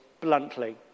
bluntly